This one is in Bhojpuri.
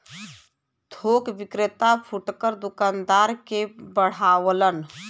थोक विक्रेता फुटकर दूकानदार के बढ़ावलन